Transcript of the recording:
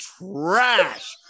trash